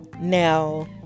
Now